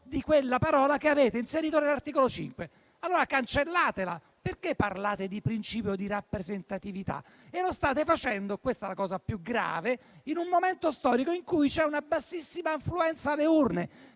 di quella parola che avete inserito nell'articolo 5; allora cancellatela. Perché parlate di principio di rappresentatività? La cosa più grave è che lo state facendo in un momento storico in cui c'è una bassissima affluenza alle urne.